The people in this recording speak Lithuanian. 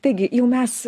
taigi jau mes